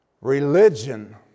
religion